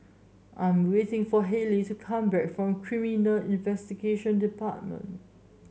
I'm waiting for Halie to come back from Criminal Investigation Department